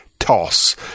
Toss